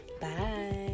bye